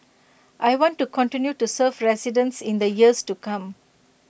I want to continue to serve residents in the years to come